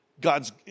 God's